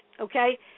Okay